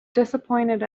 disappointed